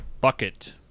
bucket